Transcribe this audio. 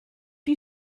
you